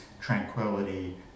tranquility